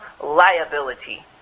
liability